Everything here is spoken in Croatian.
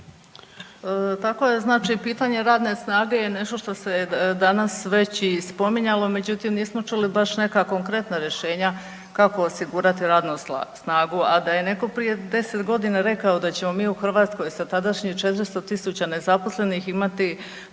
Kako je znači pitanje radne snage je nešto se danas već i spominjalo međutim nismo čuli baš neka konkretna rješenja kako osigurati radnu snagu. A da je netko prije 10 godina rekao da ćemo mi u Hrvatskoj sa tadašnjih 400.000 nezaposlenih imati